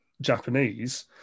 Japanese